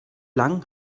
lang